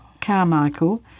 Carmichael